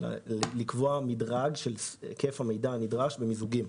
לקבוע מדרג של היקף המידע הנדרש במיזוגים.